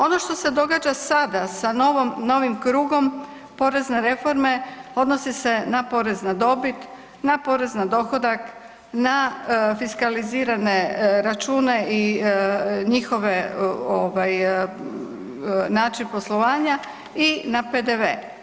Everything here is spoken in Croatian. Ono što se događa sada sa novim krugom porezne reforme, odnosi se na porez na dobit, na porez na dohodak, na fiskalizirane račune i njihove ovaj način poslovanja i na PDV.